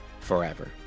forever